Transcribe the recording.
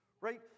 right